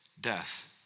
death